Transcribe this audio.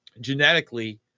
genetically